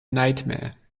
nightmare